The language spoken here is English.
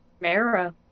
Mara